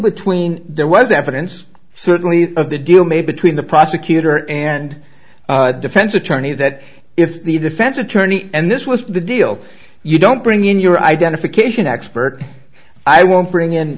between there was evidence certainly of the deal made between the prosecutor and defense attorney that if the defense attorney and this was the deal you don't bring in your identification expert i won't bring in